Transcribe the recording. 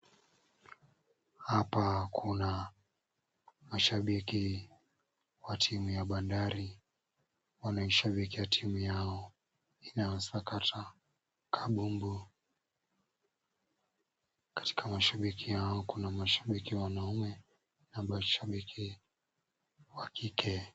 Hapa kuna mashabiki wa timu ya Bandari wanaoshabikia timu yao inayosakata kabumbu. Katika mashabiki hawa kuna mashabiki wanaume na mashabiki wa kike.